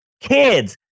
Kids